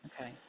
okay